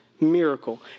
Miracle